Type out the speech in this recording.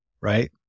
right